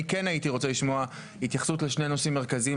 אני כן הייתי רוצה לשמוע התייחסות לשני נושאים מרכזיים: